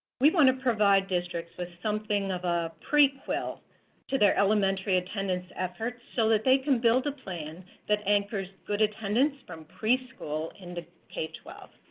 we want to provide districts with something of a prequel to their elementary attendance efforts so that they can build a plan that anchors good attendance from preschool into k twelve.